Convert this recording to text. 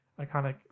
iconic